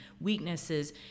weaknesses